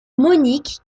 monique